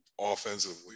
offensively